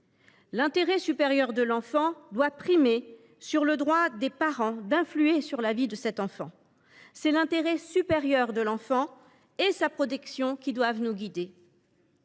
L’intérêt supérieur de l’enfant doit l’emporter sur le droit des parents d’influer sur la vie de cet enfant. L’intérêt supérieur de l’enfant et sa protection doivent nous guider,